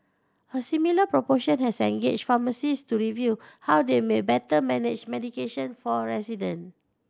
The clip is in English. a similar proportion has engaged pharmacist to review how they may better manage medication for resident